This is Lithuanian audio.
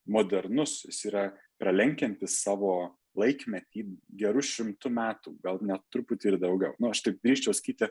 modernus jis yra pralenkiantis savo laikmetį geru šimtu metų gal net truputį ir daugiau na aš taip drįsčiau sakyti